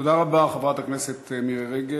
תודה רבה, חברת הכנסת מירי רגב.